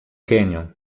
canyon